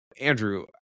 Andrew